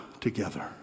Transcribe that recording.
together